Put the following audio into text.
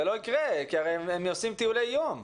זה לא יקרה, כי הרי הם יוצאים לטיולי יום.